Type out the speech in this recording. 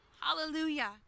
Hallelujah